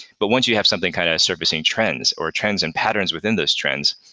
but once you have something kind of surfacing trends or trends and patterns within those trends,